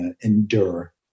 endure